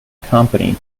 company